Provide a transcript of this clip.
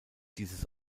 dieses